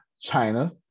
China